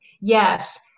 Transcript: yes